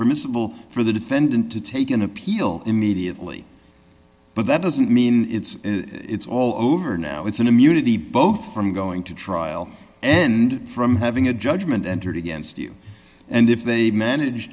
permissible for the defendant to take an appeal immediately but that doesn't mean it's all over now it's an immunity both from going to trial and from having a judgment entered against you and if the he manage